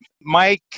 Mike